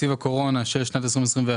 תקציב הקורונה של שנת 2021,